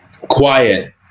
quiet